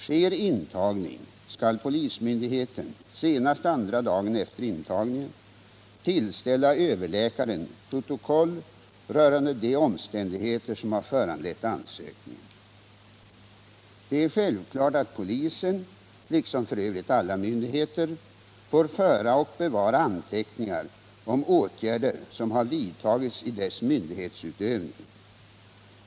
Sker intagning skall polismyndigheten senast andra dagen efter intagningen tillställa överläkaren protokoll rörande de omständigheter som har föranlett ansökningen. Det är självklart att polisen — liksom f. ö. alla myndigheter — får föra och bevara anteckningar om åtgärder som har vidtagits i dess myndighetsutövning.